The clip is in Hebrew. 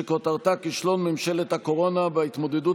שכותרתה: כישלון ממשלת הקורונה בהתמודדות